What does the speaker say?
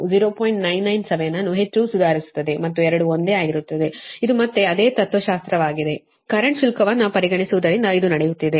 997 ಅನ್ನು ಹೆಚ್ಚು ಸುಧಾರಿಸುತ್ತದೆ ಮತ್ತು ಎರಡೂ ಒಂದೇ ಆಗಿರುತ್ತದೆ ಇದು ಮತ್ತೆ ಅದೇ ತತ್ವಶಾಸ್ತ್ರವಾಗಿದೆ ಕರೆಂಟ್ ಶುಲ್ಕವನ್ನು ಪರಿಗಣಿಸುವುದರಿಂದ ಇದು ನಡೆಯುತ್ತಿದೆ